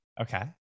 Okay